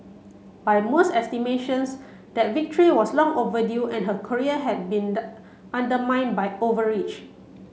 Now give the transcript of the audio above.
by most estimations that victory was long overdue and her career had been undermine by overreach